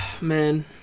man